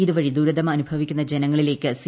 ഇതുവഴി ദുരിതം അനുഭവിച്ചിരുന്ന ജനങ്ങളിലേക്ക് സി